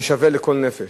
שווה לכל נפש.